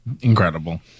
Incredible